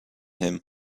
him